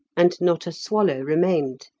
and not a swallow remained.